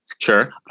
Sure